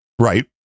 right